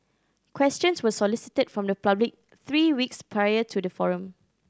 questions were solicited from the public three weeks prior to the forum